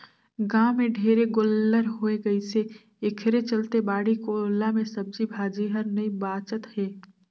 गाँव में ढेरे गोल्लर होय गइसे एखरे चलते बाड़ी कोला के सब्जी भाजी हर नइ बाचत हे